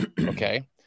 Okay